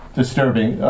disturbing